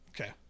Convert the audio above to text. Okay